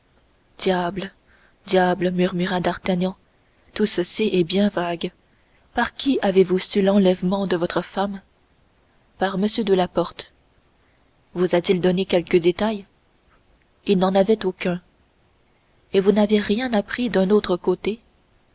diable diable murmura d'artagnan tout ceci est bien vague par qui avez-vous su l'enlèvement de votre femme par m de la porte vous a-t-il donné quelque détail il n'en avait aucun et vous n'avez rien appris d'un autre côté